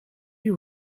you